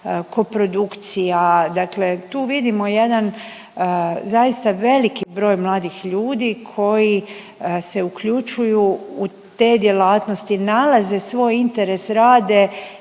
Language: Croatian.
koprodukcija, dakle tu vidimo jedan zaista veliki broj mladih ljudi koji se uključuju u te djelatnosti. Nalaze svoj interes, rade